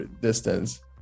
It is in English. Distance